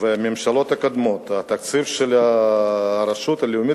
בממשלות הקודמות התקציב של הרשות הלאומית